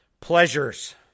pleasures